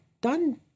done